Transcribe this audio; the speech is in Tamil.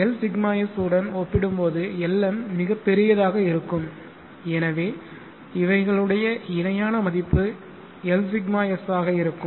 Lσs உடன் ஒப்பிடும்போது Lm மிகப் பெரியதாக இருக்கும்எனவே இவைகளுடைய இணையான மதிப்பு Lσs ஆக இருக்கும்